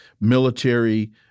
military